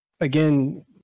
again